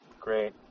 Great